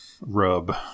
Rub